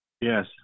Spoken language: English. Yes